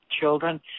children